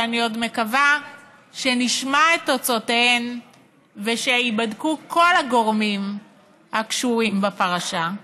ואני עוד מקווה שנשמע את תוצאותיהן ושייבדקו כל הגורמים הקשורים בפרשה,